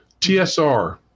TSR